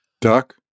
Duck